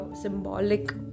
symbolic